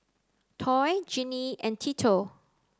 Toy Jeannie and Tito